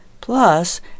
Plus